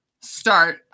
start